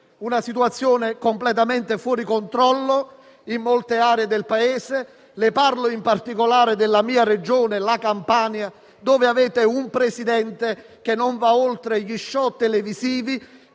una situazione completamente fuori controllo, in molte aree del Paese, le parlo in particolare della mia Regione, la Campania, dove avete un presidente che non va oltre gli *show* televisivi,